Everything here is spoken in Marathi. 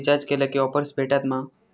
रिचार्ज केला की ऑफर्स भेटात मा?